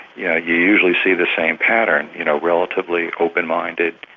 yeah you usually see the same pattern, you know, relatively open-minded,